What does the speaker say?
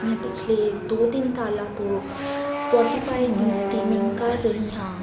ਮੈਂ ਪਿਛਲੇ ਦੋ ਤਿੰਨ ਸਾਲਾ ਤੋਂ ਸਪੋਟੀਫਾਈ ਦੀ ਸਟੀਮਿੰਗ ਕਰ ਰਹੀ ਹਾਂ